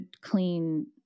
clean